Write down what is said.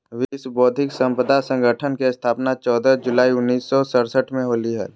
विश्व बौद्धिक संपदा संगठन के स्थापना चौदह जुलाई उननिस सो सरसठ में होलय हइ